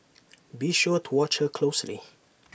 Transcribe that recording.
be sure to watch her closely